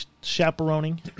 chaperoning